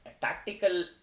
tactical